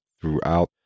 throughout